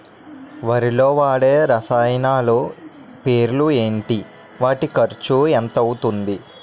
వరిలో వాడే రసాయనాలు పేర్లు ఏంటి? వాటి ఖర్చు ఎంత అవతుంది?